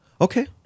Okay